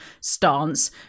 stance